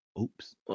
Oops